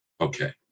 Okay